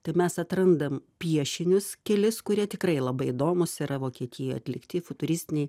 tai mes atrandam piešinius kelis kurie tikrai labai įdomūs yra vokietijoj atlikti futuristiniai